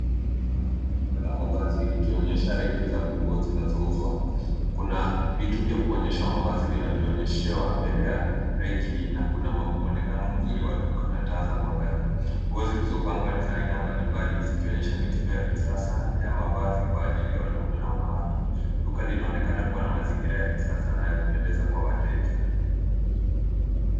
Hapa naona duka la mavazi likionyesha reki za nguo zinazouzwa. Kuna vitu vya kuonyesha mavazi vinavyoonyeshewa mbele ya reki na kuna muonekano mzuri wa duka na taa za mwangaza. Nguo zilizopangwa ni za aina mbalimbali, zikionyesha mitindo ya kisasa ya mavazi kwa ajili ya wanaume na wanawake. Duka linaonekana kuwa na mazingira ya kisasa na ya kupendeza kwa wateja.